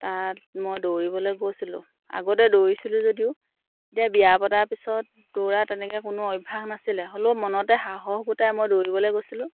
তাত মই দৌৰিবলৈ গৈছিলোঁ আগতে দৌৰিছিলোঁ যদিও এতিয়া বিয়া পতাৰ পিছত দৌৰা তেনেকৈ কোনো অভ্যাস নাছিলে হ'লেও মনতে সাহস গোটাই মই দৌৰিবলৈ গৈছিলোঁ